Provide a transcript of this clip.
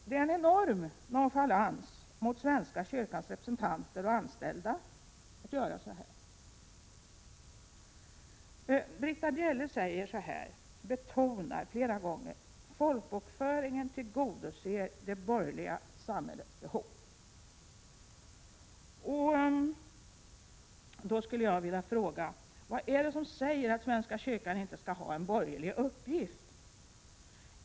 Det är en enorm nonchalans mot svenska kyrkans representanter och anställda att göra på det viset. Britta Bjelle betonade flera gånger att folkbokföringen tillgodoser det borgerliga samhällets behov. Vad är det som säger att svenska kyrkan inte skall ha en borgerlig uppgift?